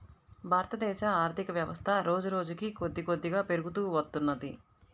భారతదేశ ఆర్ధికవ్యవస్థ రోజురోజుకీ కొద్దికొద్దిగా పెరుగుతూ వత్తున్నది